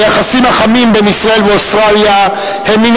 היחסים החמים בין ישראל ואוסטרליה הם מן